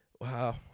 wow